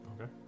Okay